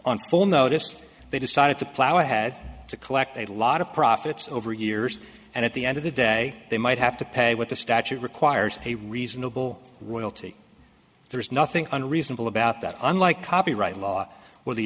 on full notice they decided to plow ahead to collect a lot of profits over years and at the end of the day they might have to pay what the statute requires a reasonable royalty there's nothing unreasonable about that unlike copyright law where the